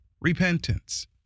repentance